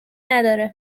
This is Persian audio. نداره